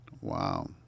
Wow